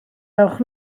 dewch